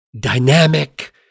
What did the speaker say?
dynamic